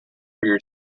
rear